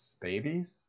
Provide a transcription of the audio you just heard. Babies